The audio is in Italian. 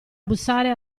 bussare